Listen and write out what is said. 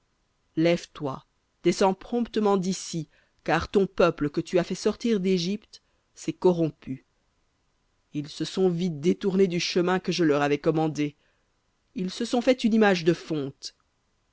lève-toi descends promptement d'ici car ton peuple que tu as fait sortir d'égypte s'est corrompu ils se sont vite détournés du chemin que je leur avais commandé ils se sont fait une image de fonte